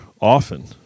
often